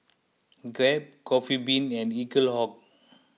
Grab Coffee Bean and Eaglehawk